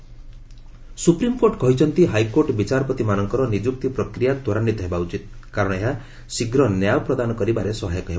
SC ଜେସ୍ supreme court କହିଛନ୍ତି high court ବିଚାରପତିମାନଙ୍କର ନିଯୁକ୍ତି ପ୍ରକ୍ରିୟା ତ୍ୱରାନ୍ୱିତ ହେବା ଉଚିତ କାରଣ ଏହା ଶୀଘ୍ର ନ୍ୟାୟ ପ୍ରଦାନ କରିବାରେ ସହାୟକ ହେବ